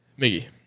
Miggy